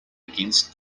against